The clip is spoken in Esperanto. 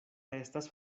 estas